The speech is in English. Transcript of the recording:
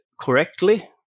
correctly